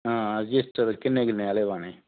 हां रजिस्टर किन्ने किन्ने आह्ले पाने